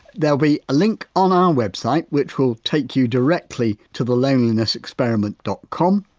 there'll be a link on our website, which will take you directly to the lonelinessexperiment dot com,